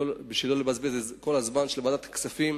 בשביל לא לבזבז את כל הזמן של ועדת הכספים.